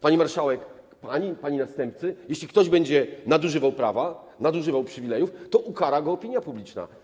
Pani marszałek, pani i pani następcy, jeśli ktoś będzie nadużywał prawa, nadużywał przywilejów, to ukarze go opinia publiczna.